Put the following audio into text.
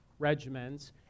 regimens